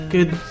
Good